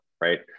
right